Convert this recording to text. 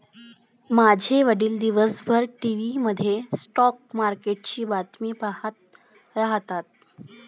माझे वडील दिवसभर टीव्ही मध्ये स्टॉक मार्केटची बातमी पाहत राहतात